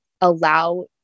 allow